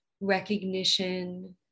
recognition